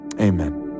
amen